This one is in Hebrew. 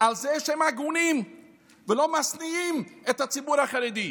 על זה שהם הגונים ולא משניאים את הציבור החרדי.